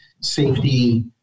safety